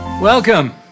Welcome